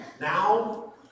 now